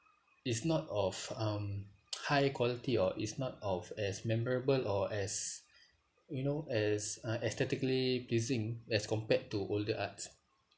is not of um high quality or it's not of as memorable or as you know as uh aesthetically pleasing as compared to older arts